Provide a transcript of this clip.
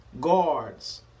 guards